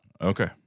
Okay